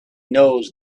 knows